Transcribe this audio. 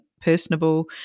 personable